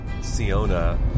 Siona